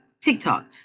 tiktok